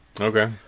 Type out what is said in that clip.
Okay